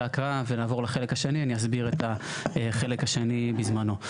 הקראה ונעבור לחלק השני אני אסביר את החלק השני בזמנו.